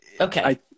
Okay